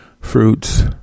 fruits